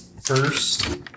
first